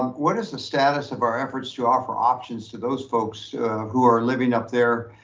um what is the status of our efforts to offer options to those folks who are living up there,